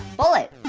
bullet.